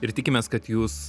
ir tikimės kad jūs